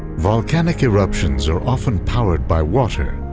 volcanic eruptions are often powered by water,